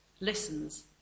listens